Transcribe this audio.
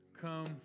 come